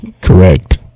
Correct